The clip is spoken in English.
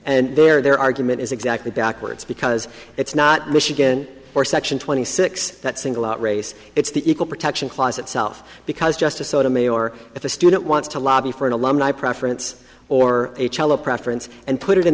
and their argument is exactly backwards because it's not michigan or section twenty six that single out race it's the equal protection clause itself because justice sotomayor if a student wants to lobby for an alumni preference or a cello preference and put it in